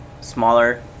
smaller